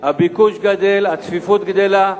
הביקוש גדל, הצפיפות גדלה,